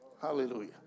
Hallelujah